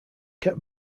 kept